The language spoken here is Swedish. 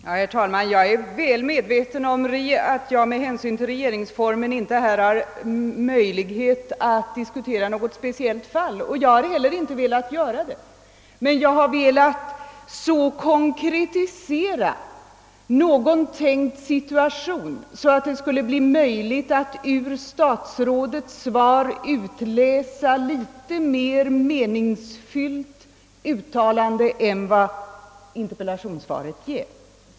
Herr talman! Jag är väl medveten om att jag med hänsyn till regeringsformen inte har möjlighet att här diskutera något speciellt fall, och jag har heller inte velat göra det. Men jag har velat konkretisera en tänkt situation så att det skulle bli möjligt att ur statsrådet Mobergs svar utläsa ett något mera meningsfullt uttalande än vad interpellationssvaret ger.